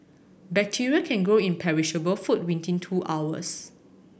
bacteria can grow in perishable food within two hours